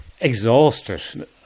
Exhausted